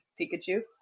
Pikachu